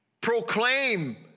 proclaim